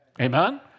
Amen